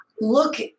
look